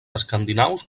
escandinaus